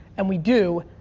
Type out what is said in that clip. and we do,